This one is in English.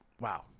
wow